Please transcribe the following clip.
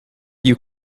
you